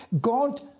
God